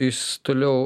jis toliau